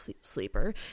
sleeper